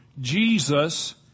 Jesus